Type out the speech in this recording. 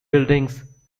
buildings